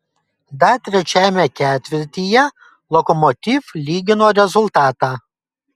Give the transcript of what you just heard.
dar trečiajame ketvirtyje lokomotiv lygino rezultatą